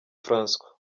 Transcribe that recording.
francois